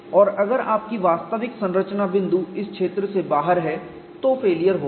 और अगर आपकी वास्तविक संरचना बिंदु इस क्षेत्र के बाहर है तो फेलियर होगा